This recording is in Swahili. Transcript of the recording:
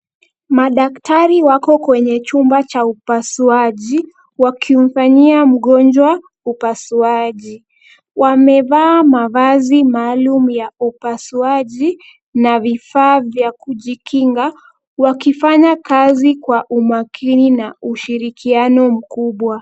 Madaktari wako kwenye chumba cha upasuaji wakimfanyia mgonjwa upasuaji. Wamevaa mavazi maalum ya upasuaji na vifaa vya kujikinga, wakifanya kazi kwa umakini na ushirikiano mkubwa.